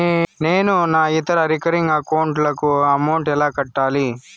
నేను నా ఇతర రికరింగ్ అకౌంట్ లకు అమౌంట్ ఎలా కట్టాలి?